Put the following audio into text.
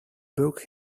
book